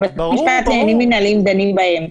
שבתי משפט לעניינים מינהליים דנים בהם,